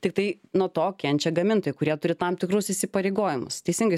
tiktai nuo to kenčia gamintojai kurie turi tam tikrus įsipareigojimus teisingai